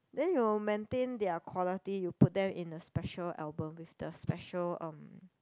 then you maintain their quality you put them in a special album with the special um